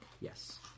Yes